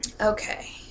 Okay